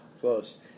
Close